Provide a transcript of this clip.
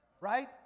Right